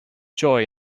joy